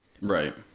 Right